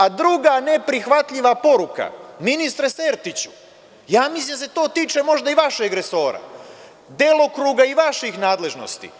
A druga neprihvatljiva poruka, ministre Sertiću, ja mislim da se to možda tiče i vašeg resora, delokruga i vaših nadležnosti.